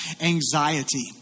anxiety